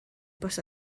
bws